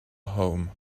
home